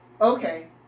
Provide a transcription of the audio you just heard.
okay